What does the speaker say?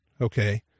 Okay